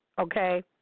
okay